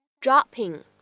dropping